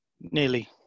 nearly